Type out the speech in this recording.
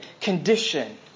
condition